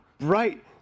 Right